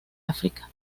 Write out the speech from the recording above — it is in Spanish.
áfrica